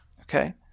okay